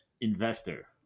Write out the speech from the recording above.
investor